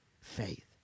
faith